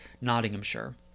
Nottinghamshire